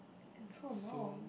it's so long